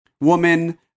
woman